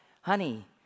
honey